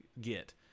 get